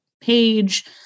page